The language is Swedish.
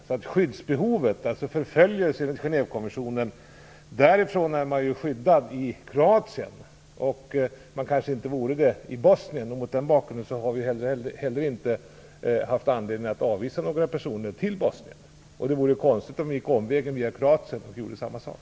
I Kroatien är man ju skyddad mot förföljelse enligt Genèvekonventionen, men man kanske inte vore det i Bosnien. Mot den bakgrunden har vi inte heller haft anledning att avvisa några personer till Bosnien. Det vore konstigt om vi gick omvägen via Kroatien och gjorde samma sak.